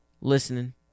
Listening